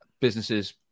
businesses